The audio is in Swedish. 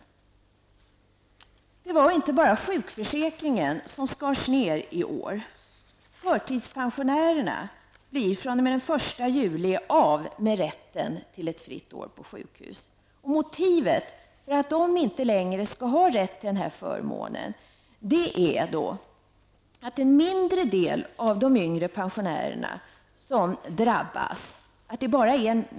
Det var inte bara inom sjukförsäkringen som man skar ned pengar i år. Förtidspensionärerna blir fr.o.m. den 1 juli av med rätten till ett fritt år på sjukhus. Motivet för att de inte längre skall ha rätt till denna förmån är att det är bara en mindre del av de yngre pensionärerna som drabbas.